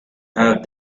have